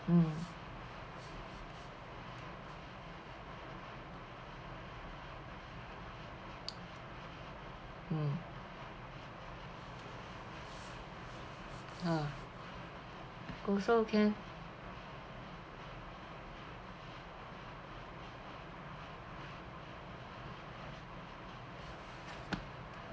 mm mm ah also can